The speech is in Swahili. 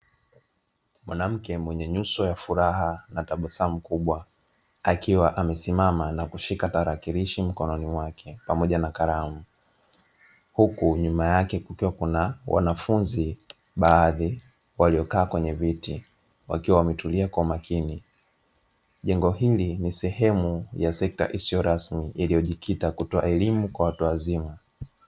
Mwanamke mwenye nyuso ya furaha na tabasamu kubwa akiwa amesimama na kushika tarakilishi mikononi mwake pamoja na kalamu, huku nyuma yake kukiwa kuna wanafunzi baadhi waliokaa kwenye viti wakiwa wametulia kwa makini; jengo hili ni sehemu ya sekta isiyo rasmi iliyojikita kutoa elimu kwa watu wazima.